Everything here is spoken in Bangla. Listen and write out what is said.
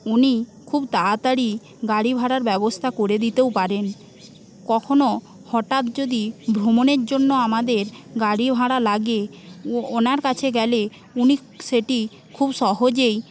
উনি খুব তাড়াতাড়ি গাড়ি ভাড়ার ব্যবস্থা করে দিতেও পারেন কখনো হঠাৎ যদি ভ্রমণের জন্য আমাদের গাড়ি ভাড়া লাগে ওনার কাছে গেলে উনি সেটি খুব সহজেই